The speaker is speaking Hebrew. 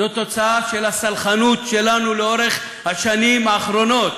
זאת תוצאה של הסלחנות שלנו לאורך השנים האחרונות.